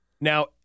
Now